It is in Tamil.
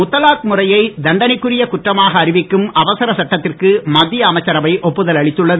முத்தலாக் முறையை தண்டனைக்குரிய குற்றமாக அறிவிக்கும் அவசர சட்டத்திற்கு மத்திய அமைச்சரவை ஒப்புதல் அளித்துள்ளது